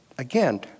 Again